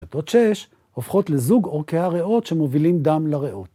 ‫שתות שש הופכות לזוג עורקי הריאות ‫שמובילים דם לריאות.